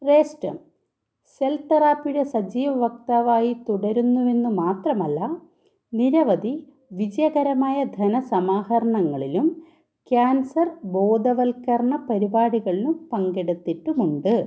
ray stem cell തെറാപ്പിയുടെ സജീവ വക്താവായി തുടരുന്നുവെന്നു മാത്രമല്ല നിരവധി വിജയകരമായ ധന സമാഹരണങ്ങളിലും ക്യാൻസർ ബോധവൽക്കരണ പരിപാടികളിലും പങ്കെടുത്തിട്ടുമുണ്ട്